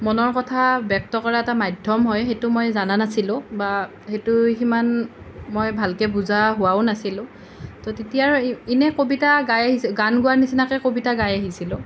মনৰ কথা ব্যক্ত কৰাৰ এটা মাধ্যম হয় সেইটো মই জনা নাছিলোঁ বা সেইটো সিমান মই ভালকৈ বুজা হোৱাও নাছিলোঁ ত' তেতিয়া এনে কবিতা গাই আহিছোঁ গান গোৱাৰ নিচিনাকৈ কবিতা গাই আহিছিলোঁ